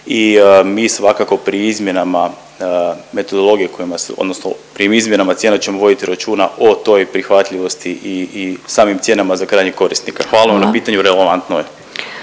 I mi svakako pri izmjenama metodologije, pri izmjenama cijena ćemo voditi računa o toj prihvatljivosti i samim cijenama za krajnjeg korisnika. Hvala vam na pitanju, …